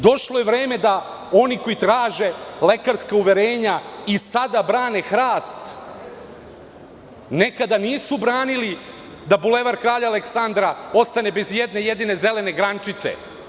Došlo je vreme da oni koji traže lekarska uverenja i sada brane hrast, nekada nisu branili da Bulevar kralja Aleksandra ostane bez ijedne jedine zelene grančice.